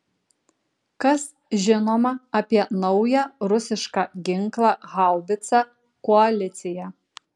kas žinoma apie naują rusišką ginklą haubicą koalicija